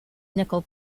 nickel